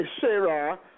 Sarah